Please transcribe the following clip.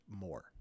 more